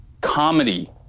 comedy